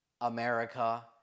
America